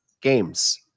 games